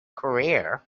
career